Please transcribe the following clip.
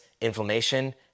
inflammation